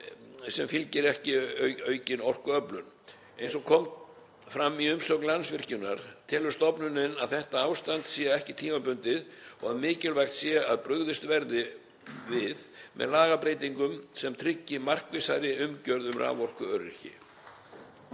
sem fylgir ekki aukin orkuöflun. Eins og kom fram í umsögn Landsvirkjunar telur stofnunin að þetta ástand sé ekki tímabundið og að mikilvægt sé að brugðist verði við með lagabreytingum sem tryggi markvissari umgjörð um raforkuöryggi.